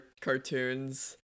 cartoons